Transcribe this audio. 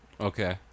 Okay